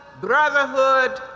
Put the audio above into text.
brotherhood